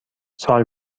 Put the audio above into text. سال